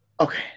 Okay